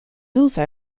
also